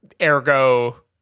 Ergo